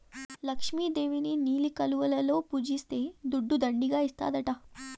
లక్ష్మి దేవిని నీలి కలువలలో పూజిస్తే దుడ్డు దండిగా ఇస్తాడట